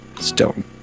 stone